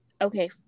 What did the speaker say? okay